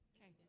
Okay